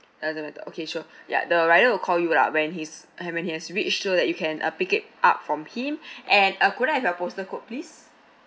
doesn't matter okay sure ya the rider will call you lah when he's uh when he has reached so that you can uh pick it up from him and uh could I have your postal code please